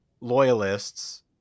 loyalists